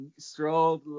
strobe